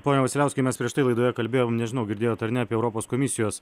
pone vasiliauskai mes prieš tai laidoje kalbėjom nežinau girdėjot ar ne europos komisijos